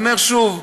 אני אומר שוב,